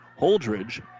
Holdridge